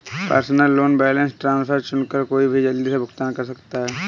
personal loan balance transfer चुनकर कोई भी जल्दी से भुगतान कर सकता है